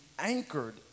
anchored